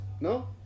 No